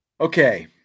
Okay